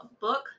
book